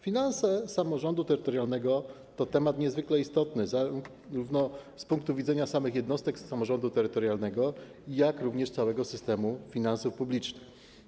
Finanse samorządu terytorialnego to temat niezwykle istotny zarówno z punktu widzenia samych jednostek samorządu terytorialnego, jak i całego systemu finansów publicznych.